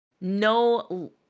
no